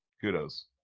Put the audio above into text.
Kudos